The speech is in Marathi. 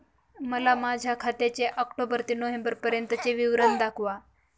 मला माझ्या खात्याचे ऑक्टोबर ते नोव्हेंबर पर्यंतचे विवरण दाखवा